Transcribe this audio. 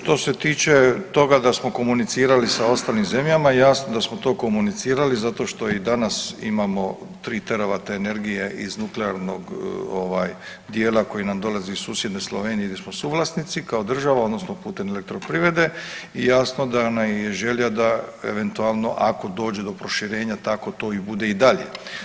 Što se tiče toga da smo komunicirali sa ostalim zemljama jasno da smo to komunicirali zato što i danas imamo tri teravata energije iz nuklearnog dijela koji nam dolazi iz susjedne Slovenije gdje smo suvlasnici kao država odnosno putem Elektroprivrede i jasno da nam je želja da eventualno da ako dođe do proširenja tako to bude i dalje.